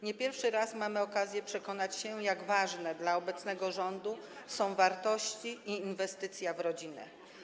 Nie pierwszy raz mamy okazję przekonać się, jak ważne dla obecnego rządu są wartości i inwestycja w rodzinę.